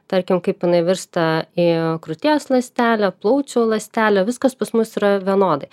tarkim kaip jinai virsta į krūties ląstelę plaučių ląstelę viskas pas mus yra vienodai